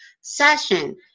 session